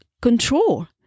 control